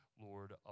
Lord